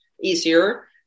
easier